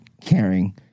caring